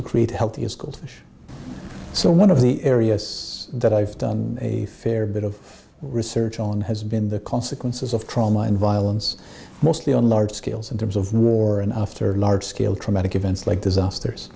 to create healthy is called so one of the areas that i've done a fair bit of research on has been the consequences of trauma and violence mostly on large scales in terms of war and after large scale traumatic events like disasters